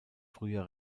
früher